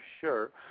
sure